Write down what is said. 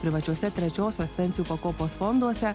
privačiuose trečiosios pensijų pakopos fonduose